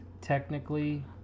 technically